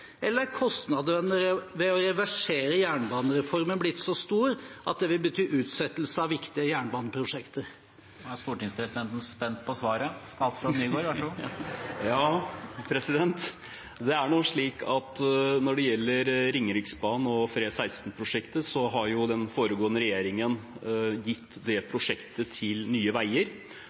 eller er kostnadene ved å reversere jernbanereformen blitt så store at det vil bety utsettelse av viktige jernbaneprosjekter? Da er stortingspresidenten spent på svaret. Statsråd Nygård – vær så god. Det er nå slik at når det gjelder Ringeriksbanen og FRE16-prosjektet, har den foregående regjeringen gitt det prosjektet til Nye Veier,